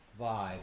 vibe